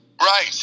Right